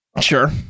Sure